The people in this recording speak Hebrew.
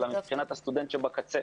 אלא מבחינת הסטודנט שבקצה.